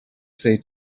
say